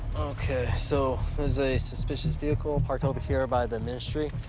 ok, so there's a suspicious vehicle parked over here by the ministry.